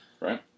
Right